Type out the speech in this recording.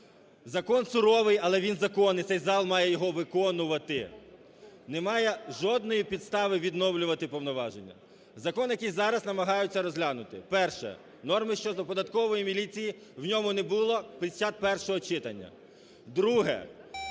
Закон суворий, але він закон і цей зал має його виконувати. Немає жодної підстави відновлювати повноваження. Закон, який зараз намагаються розглянути. Перше. Норми щодо Податкової міліції в ньому не було під час першого читання. Друге.